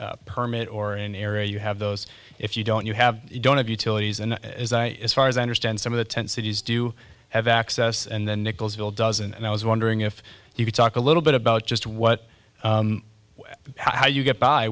know permit or in an area you have those if you don't you have you don't have utilities and as far as i understand some of the tent cities do have access and the nichols bill doesn't and i was wondering if you could talk a little bit about just what how you get by